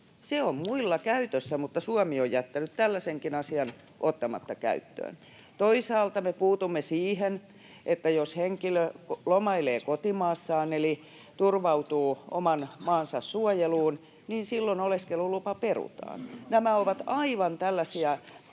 Se on muilla käytössä, mutta Suomi on jättänyt tällaisenkin asian ottamatta käyttöön. Toisaalta me puutumme siihen, että jos henkilö lomailee kotimaassaan eli turvautuu oman maansa suojeluun, niin silloin oleskelulupa perutaan. Nämä ovat aivan tällaisia